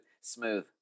smooth